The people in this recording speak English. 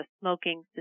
smoking